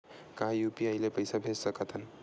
का यू.पी.आई ले पईसा भेज सकत हन?